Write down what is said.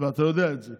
ואתה יודע את זה,